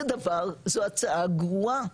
זה דבר זו הצעה גרועה,